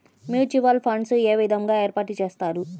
Mutual funds ఏ విధంగా ఏర్పాటు చేస్తారు?